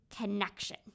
connection